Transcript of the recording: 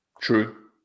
True